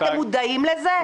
אתם מודעים לזה?